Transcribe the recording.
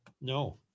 No